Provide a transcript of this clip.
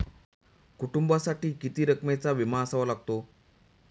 कुटुंबासाठी किती रकमेचा विमा असावा लागतो?